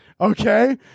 okay